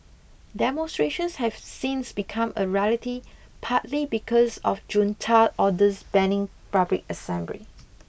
demonstrations have since become a rarity partly because of junta orders banning public assembly